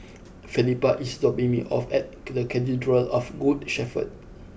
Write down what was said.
Felipa is dropping me off at Cathedral of Good Shepherd